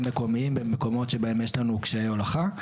מקומיים במקומות שבהם יש לנו קשיי הולכה.